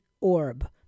orb